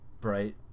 Bright